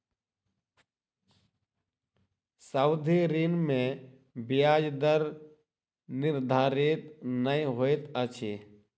सावधि ऋण में ब्याज दर निर्धारित नै होइत अछि